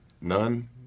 none